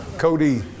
Cody